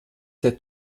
der